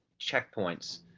checkpoints